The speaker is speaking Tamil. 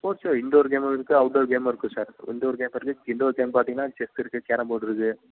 ஸ்போர்ட்ஸில் இண்டோர் கேமும் இருக்கும் அவுட்டோர் கேமும் இருக்கும் சார் இண்டோர் பார்த்திங்கன்னா இண்டோர் பார்த்திங்கன்னா செஸ்ஸுருக்கு கேரம் போட் இருக்குது